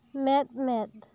ᱢᱮᱸᱫ ᱢᱮᱸᱫ